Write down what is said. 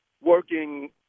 working